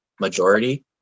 majority